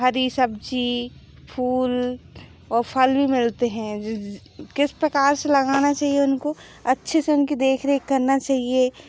हरी सब्ज़ी फूल और फल भी मिलते हैं किस प्रकार से लगाना चाहिए उनको अच्छे से उनकी देख रेख करनी चाहिए